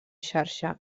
xarxa